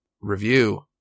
review